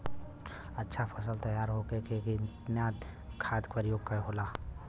अच्छा फसल तैयार होके के लिए कितना खाद के प्रयोग होला?